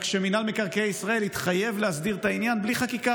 רק שמינהל מקרקעי ישראל התחייב להסדיר את העניין בלי חקיקה.